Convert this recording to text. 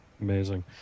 Amazing